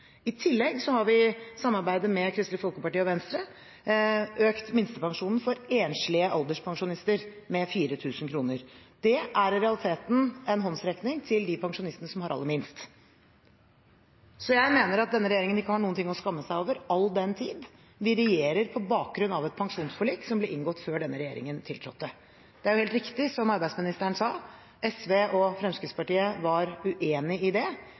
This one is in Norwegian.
I tillegg har vi i samarbeid med Kristelig Folkeparti og Venstre økt minstepensjonen for enslige alderspensjonister med 4 000 kr. Det er i realiteten en håndsrekning til de pensjonistene som har aller minst. Så jeg mener at denne regjeringen ikke har noe å skamme seg over, all den tid vi regjerer på bakgrunn av et pensjonsforlik som ble inngått før denne regjeringen tiltrådte. Det er helt riktig som arbeidsministeren sa – SV og Fremskrittspartiet var uenig i det,